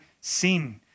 sin